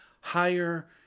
higher